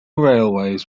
railways